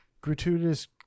gratuitous